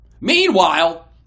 Meanwhile